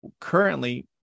currently